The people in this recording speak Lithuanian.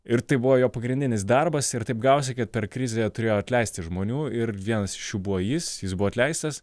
ir tai buvo jo pagrindinis darbas ir taip gavosi kad per krizę turėjo atleisti žmonių ir vienas iš jų buvo jis jis buvo atleistas